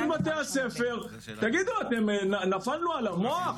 אני גאה בחיילים שלנו, אני גאה בממשלה שלנו,